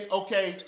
okay